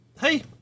hey